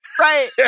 Right